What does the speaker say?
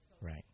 Right